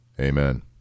Amen